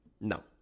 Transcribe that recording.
no